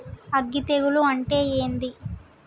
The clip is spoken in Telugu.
అగ్గి తెగులు అంటే ఏంది?